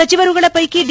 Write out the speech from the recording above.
ಸಚಿವರುಗಳ ಪೈಕಿ ಡಿ